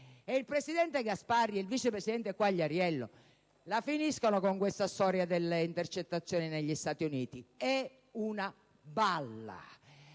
E il presidente Gasparri e il vice presidente Quagliariello la finiscano con la storia delle intercettazioni negli Stati Uniti: è una balla!